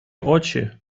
очі